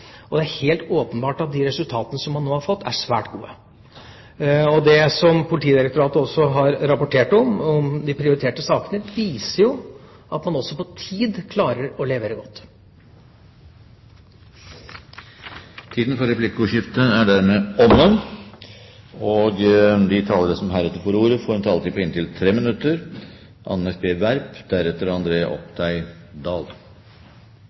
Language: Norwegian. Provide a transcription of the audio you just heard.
Det er helt åpenbart at de resultatene som vi nå har fått, er svært gode. Det som Politidirektoratet også har rapportert om når det gjelder de prioriterte sakene, viser jo at man også klarer å levere godt på tid. Replikkordskiftet er omme. De talere som heretter får ordet, har en taletid på inntil 3 minutter.